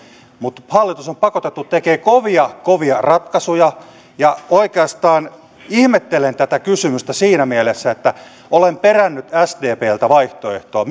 mutta hallitus on pakotettu tekemään kovia kovia ratkaisuja ja oikeastaan ihmettelen tätä kysymystä siinä mielessä että olen perännyt sdpltä vaihtoehtoa